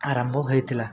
ଆରମ୍ଭ ହୋଇଥିଲା